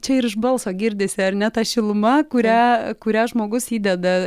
čia ir iš balso girdisi ar ne ta šiluma kurią kurią žmogus įdeda